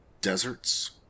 deserts